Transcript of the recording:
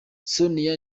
sonia